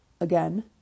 Again